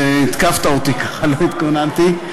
התקפת אותי, לא התכוננתי.